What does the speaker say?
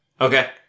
Okay